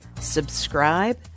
subscribe